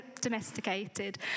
domesticated